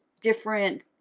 different